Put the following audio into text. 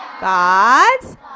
God's